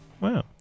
Wow